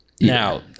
now